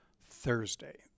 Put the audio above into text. Thursday